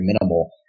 minimal